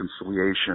reconciliation